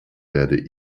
werde